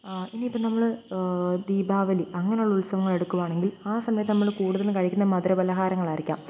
ഇനിയിപ്പോള് നമ്മള് ദീപാവലി അങ്ങനെയുള്ള ഉത്സവങ്ങളെടുക്കുവാണെങ്കിൽ ആ സമയത്ത് നമ്മള് കൂടുതലും കഴിക്കുന്നത് മധുരപലഹാരങ്ങളായിരിക്കാം